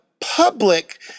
public